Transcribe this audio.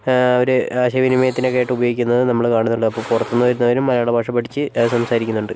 അവരെ ആശയവിനിമയത്തിനൊക്കെയായിട്ട് ഉപയോഗിക്കുന്നത് നമ്മൾ കാണുന്നുണ്ട് അപ്പോൾ പുറത്തുന്ന് വരുന്നവരും മലയാള ഭാഷ പഠിച്ച് സംസാരിക്കുന്നുണ്ട്